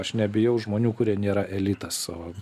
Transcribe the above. aš nebijau žmonių kurie nėra elitas savo